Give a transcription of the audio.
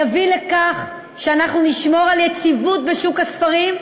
יביאו לכך שאנחנו נשמור על יציבות בשוק הספרים,